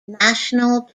national